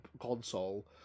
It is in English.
console